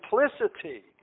simplicity